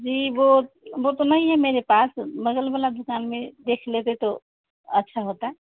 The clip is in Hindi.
जी वो वो तो नहीं है मेरे पास बगल वाला दुकान में देख लेते तो अच्छा होता